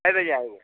कै बजे आएँगे सर